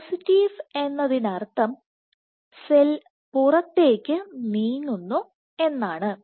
positive എന്നതിനർത്ഥം cell പുറത്തേക്ക് നീങ്ങുന്നു എന്നാണ്